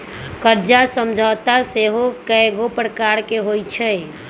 कर्जा समझौता सेहो कयगो प्रकार के होइ छइ